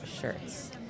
shirts